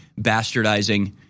bastardizing